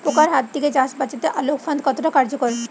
পোকার হাত থেকে চাষ বাচাতে আলোক ফাঁদ কতটা কার্যকর?